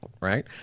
Right